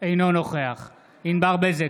אינו נוכח ענבר בזק,